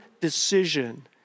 decision